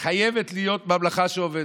חייבת להיות ממלכה שעובדת.